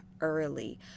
early